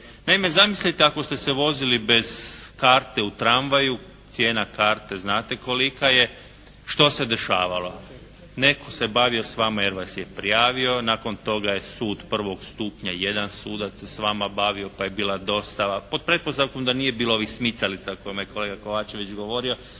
Naime, zamislite ako ste se vozili bez karte u tramvaju, cijena karte znate kolika je, što se dešavalo? Netko se bavio s vama jer vas je prijavio, nakon toga je sud prvog stupnja jedan sudac se s vama bavio, pa je bila dostava, pod pretpostavkom da nije bilo ovih smicalica o kojima je kolega Kovačević govorio,